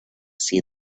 see